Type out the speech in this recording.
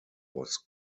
was